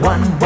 One